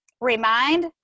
remind